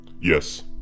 Yes